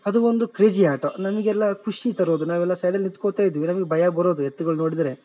ಅದು ಒಂದು ಕ್ರೇಜಿ ಆಟ ನಮಗೆಲ್ಲ ಖುಷಿ ತರೋದು ನಾವೆಲ್ಲ ಸೈಡಲ್ಲಿ ನಿತ್ಕೋತ ಇದ್ವಿ ನಮಗೆ ಭಯ ಬರೋದು ಎತ್ತುಗಳು ನೋಡಿದ್ರೆ